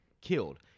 killed